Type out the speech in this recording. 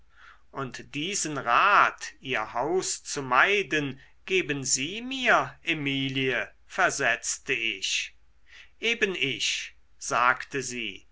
und diesen rat ihr haus zu meiden geben sie mir emilie versetzte ich eben ich sagte sie